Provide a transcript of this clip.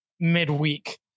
midweek